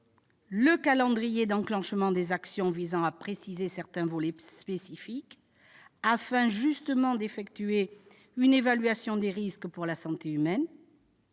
le calendrier d'enclenchement des actions visant à préciser certains volets spécifiques afin d'effectuer une évaluation des risques pour la santé humaine